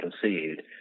conceived